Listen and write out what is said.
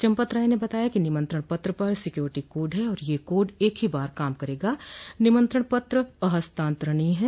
चंपत राय ने बताया कि निमंत्रण पत्र पर सिक्योरिटी कोड है यह कोड एक बार ही काम करेगा निमंत्रण पत्र अहस्तांतरणीय है